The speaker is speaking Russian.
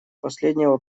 последнего